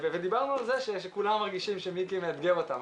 דיברנו על זה שכולם מרגישים שמיקי מאתגר אותם,